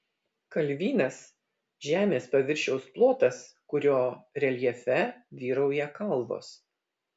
kalvynas žemės paviršiaus plotas kurio reljefe vyrauja kalvos